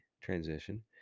transition